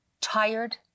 tired